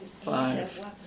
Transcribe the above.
Five